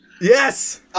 yes